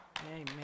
Amen